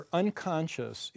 unconscious